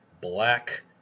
Black